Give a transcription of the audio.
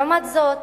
לעומת זאת,